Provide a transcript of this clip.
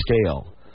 scale